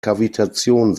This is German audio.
kavitation